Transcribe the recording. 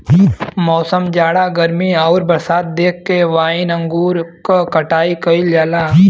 मौसम, जाड़ा गर्मी आउर बरसात देख के वाइन अंगूर क कटाई कइल जाला